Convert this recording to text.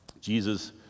Jesus